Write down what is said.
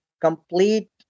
complete